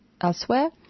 elsewhere